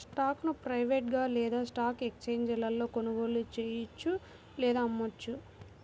స్టాక్ను ప్రైవేట్గా లేదా స్టాక్ ఎక్స్ఛేంజీలలో కొనుగోలు చెయ్యొచ్చు లేదా అమ్మొచ్చు